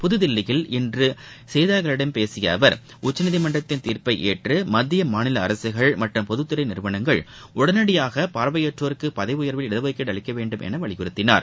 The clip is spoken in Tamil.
புதுதில்லியில் இன்று செய்தியாளர்களிடம் பேசிய அவர் உச்சநீதிமன்றத்தின் தீர்ப்பை ஏற்று மத்திய மாநில அரசுகள் மற்றும் பொதுத்துறை நிறுவனங்கள் உடனடியாக பார்வையற்றோருக்கு பதவி உயர்வில் இடஒதுக்கீடு அளிக்கவேண்டும் என வலியுறுத்தியுள்ளார்